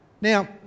Now